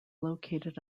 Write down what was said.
located